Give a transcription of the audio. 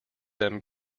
them